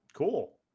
cool